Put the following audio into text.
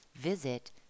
Visit